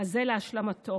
הזה להשלמתו.